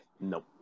Nope